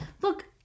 Look